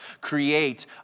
create